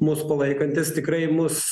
mus palaikantys tikrai mus